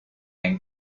and